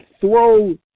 throw